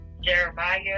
Jeremiah